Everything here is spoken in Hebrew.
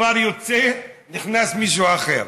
וכבר יוצא ונכנס מישהו אחר.